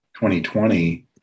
2020